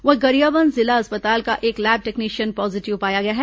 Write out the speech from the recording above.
वहीं गरियाबंद जिला अस्पताल का एक लैब टेक्नीशियन पॉजीटिव पाया गया है